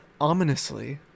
ominously